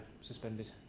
suspended